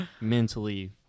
mentally